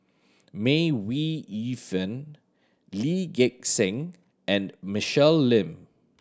May Ooi Yu Fen Lee Gek Seng and Michelle Lim